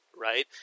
right